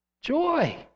Joy